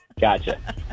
gotcha